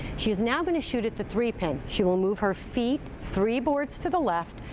she is now going to shoot at the three pin. she will move her feet three boards to the left,